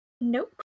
Nope